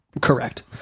Correct